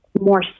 more